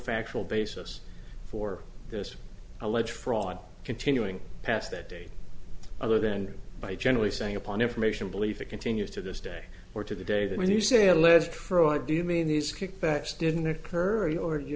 factual basis for this alleged fraud continuing past that date other than by generally saying upon information believe it continues to this day or to the day that when you say alleged fraud do you mean these kickbacks didn't occur or you